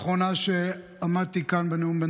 מאז הפעם האחרונה שעמדתי כאן בנאומים בני